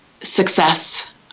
success